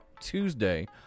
Tuesday